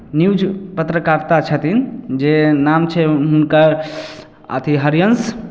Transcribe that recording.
news पत्रकारिता छथिन जे नाम छै हुनकर अथि हरिवंश